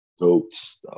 goats